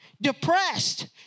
depressed